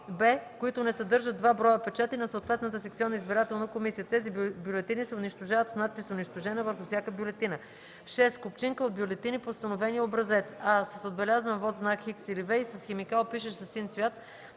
б) които не съдържат два броя печата на съответната секционна избирателна комисия; тези бюлетини се унищожават с надпис „унищожена” върху всяка бюлетина; 6. купчинка от бюлетини по установения образец: а) с отбелязан вот със знак „Х” или „V” и с химикал, пишещ със син цвят,